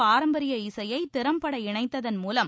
பாரம்பரிய இசையை திறம்பட இணைத்ததன் மூலம்